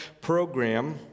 program